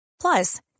Plus